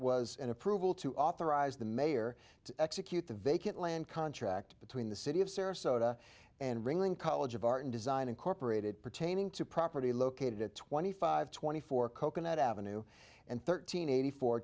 was an approval to authorize the mayor to execute the vacant land contract between the city of sarasota and ringling college of art and design incorporated pertaining to property located at twenty five twenty four coconut avenue and thirteen eighty four